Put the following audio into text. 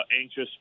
anxious